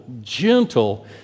gentle